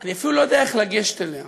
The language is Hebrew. אני אפילו לא יודע איך לגשת אליה.